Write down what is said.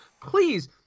Please